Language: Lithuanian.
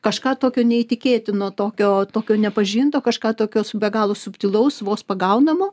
kažką tokio neįtikėtino tokio tokio nepažinto kažką tokio su be galo subtilaus vos pagaunamo